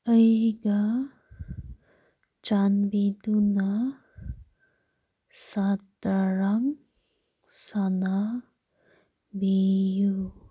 ꯑꯩꯒ ꯆꯥꯟꯕꯤꯗꯨꯅ ꯁꯇ꯭ꯔꯪ ꯁꯥꯅꯕꯤꯌꯨ